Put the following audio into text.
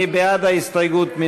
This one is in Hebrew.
מי בעד ההסתייגות?